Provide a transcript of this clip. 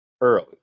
early